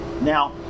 Now